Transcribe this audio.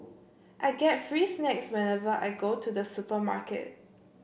I get free snacks whenever I go to the supermarket